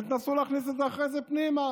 ותנסו להכניס את זה אחרי זה פנימה.